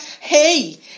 hey